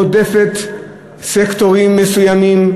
רודפת סקטורים מסוימים.